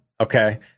Okay